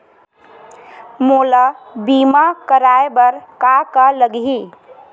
मोला बीमा कराये बर का का लगही?